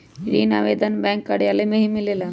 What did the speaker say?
ऋण आवेदन बैंक कार्यालय मे ही मिलेला?